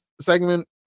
segment